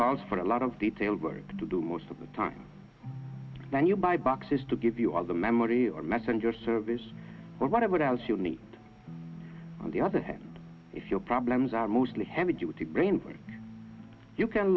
calls for a lot of detailed work to do most of the time when you buy boxes to give you all the memory or messenger service or whatever else you meet on the other hand if your problems are mostly heavy duty brain you can